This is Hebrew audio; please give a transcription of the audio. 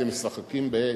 אתם משחקים באש,